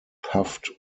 puffed